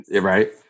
Right